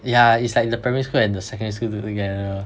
yeah it's like the primary school and the secondary school doing together